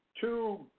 two